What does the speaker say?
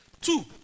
Two